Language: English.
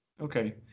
Okay